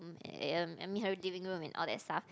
um I mean her living room and all that stuff